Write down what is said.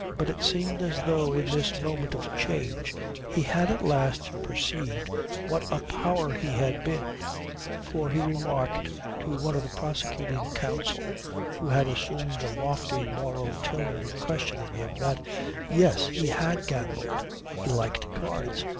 but it seemed as though in this moment of change he had at last perceived what a power he had been for he remarked to one of the prosecuting counsel who had assumed a lofty moral tone in questioning him, that yes, he had gambled he liked cards.